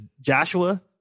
Joshua